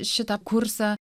šitą kursą